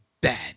bad